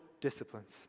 disciplines